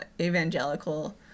evangelical